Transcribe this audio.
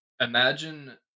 imagine